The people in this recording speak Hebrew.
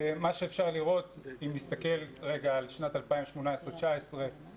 מה שאפשר לראות אם נסתכל רגע על שנת 2018 2019,